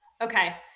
Okay